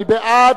מי בעד?